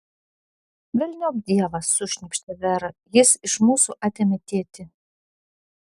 velniop dievą sušnypštė vera jis iš mūsų atėmė tėtį